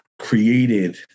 created